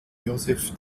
josef